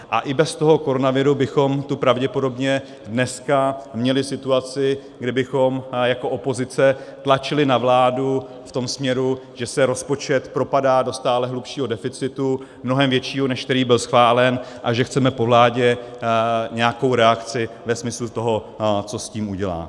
A i bez toho koronaviru bychom tu pravděpodobně dneska měli situaci, kdy bychom jako opozice tlačili na vládu v tom směru, že se rozpočet propadá do stále hlubšího deficitu, mnohem většího, než který byl schválen, a že chceme po vládě nějakou reakci ve smyslu toho, co s tím udělá.